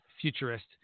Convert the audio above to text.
futurist